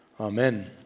Amen